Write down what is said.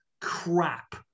crap